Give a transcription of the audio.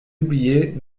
oubliez